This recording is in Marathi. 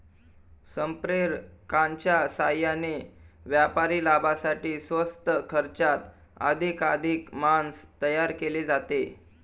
संप्रेरकांच्या साहाय्याने व्यापारी लाभासाठी स्वस्त खर्चात अधिकाधिक मांस तयार केले जाते